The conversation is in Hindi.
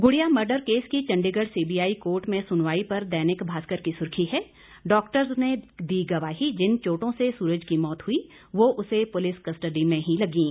गुड़िया मर्डर केस की चंडीगढ़ सीबीआई कोर्ट में सुनवाई पर दैनिक भास्कर की सुर्खी है डॉक्टर्स ने दी गवाही जिन चोटों से सूरज की मौत हुई वो उसे पुलिस कस्टडी में ही लगीं